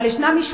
אבל יש משפחות,